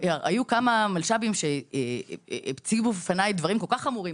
היו כמה מלשב"ים שהציבו בפניי דברים כל כך חמורים.